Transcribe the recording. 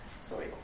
sorry